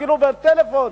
אפילו בטלפון,